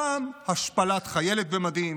שם השפלת חיילת במדים,